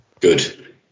Good